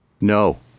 No